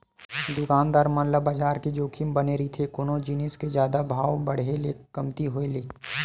दुकानदार मन ल बजार के जोखिम बने रहिथे कोनो जिनिस के जादा भाव बड़हे ले कमती होय ले